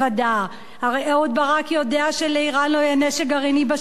הרי אהוד ברק יודע שלאירן לא יהיה נשק גרעיני בשנה הקרובה,